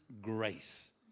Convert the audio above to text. grace